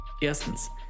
Erstens